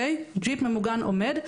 ג'יפ ממוגן עומד,